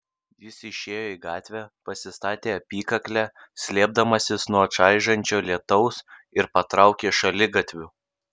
jis išėjo į gatvę pasistatė apykaklę slėpdamasis nuo čaižančio lietaus ir patraukė šaligatviu